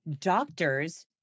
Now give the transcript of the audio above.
doctors